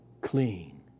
clean